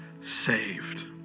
saved